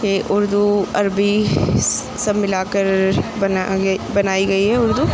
کہ اردو عربی سب ملا کر بنائی گئی ہے اردو